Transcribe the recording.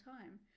time